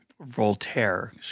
Voltaire